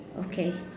okay